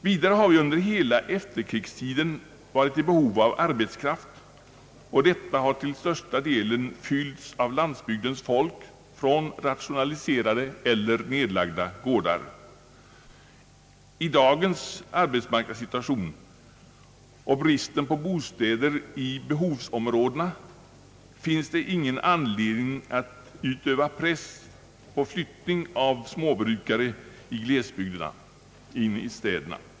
Vidare har vi under hela efterkrigstiden varit i behov av arbetskraft, och detta behov har till största delen fyllts av landsbygdens folk från rationaliserade eller nedlagda gårdar. I dagens arbetsmarknadssituation och med tanke på bristen på bostäder i behovsområdena finns det ingen anledning att utöva press på jordbrukare i glesbygder.